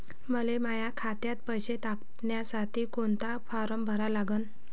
मले माह्या खात्यात पैसे टाकासाठी कोंता फारम भरा लागन?